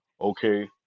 okay